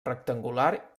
rectangular